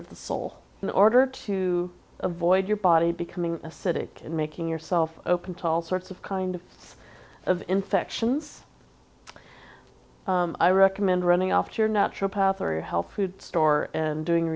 of the soul in order to avoid your body becoming acidic and making yourself open to all sorts of kind of infections i recommend running off to your natural path or your health food store doing